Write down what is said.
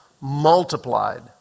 multiplied